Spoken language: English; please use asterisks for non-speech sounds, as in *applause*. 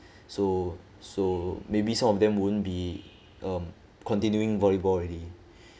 *breath* so so maybe some of them won't be um continuing volleyball already